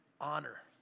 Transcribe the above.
honor